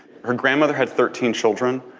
her grandmother had thirteen children,